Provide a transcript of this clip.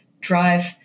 drive